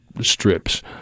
strips